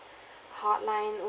hotline